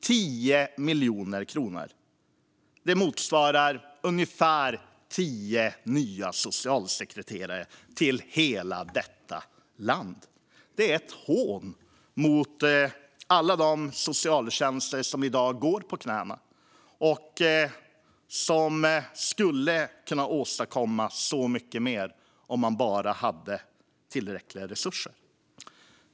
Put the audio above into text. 10 miljoner kronor motsvarar ungefär tio nya socialsekreterare i hela detta land. Det är ett hån mot alla de socialtjänster som i dag går på knäna och som skulle kunna åstadkomma så mycket mer om de bara hade tillräckliga resurser.